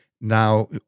Now